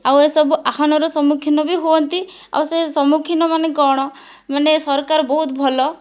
ଆଉ ଏସବୁ ଆହ୍ଵାନର ସମ୍ମୁଖୀନ ବି ହୁଅନ୍ତି ଆଉ ସେ ସମ୍ମୁଖୀନ ମାନେ କଣ ମାନେ ସରକାର ବହୁତ ଭଲ